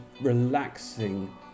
relaxing